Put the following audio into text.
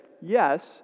yes